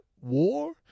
war